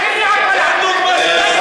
תני לנו דוגמה של,